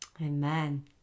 Amen